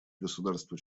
государства